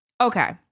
Okay